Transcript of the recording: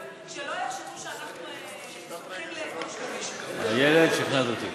שלא יחשבו שאנחנו הולכים, איילת, שכנעת אותי.